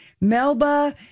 Melba